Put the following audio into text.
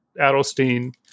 Adelstein